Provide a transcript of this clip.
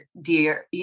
dear